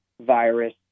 virus